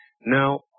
Now